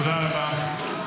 תודה רבה.